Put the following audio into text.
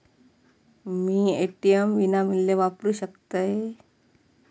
मी ATM विनामूल्य वापरू शकतय?